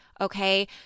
Okay